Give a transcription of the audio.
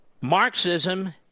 Marxism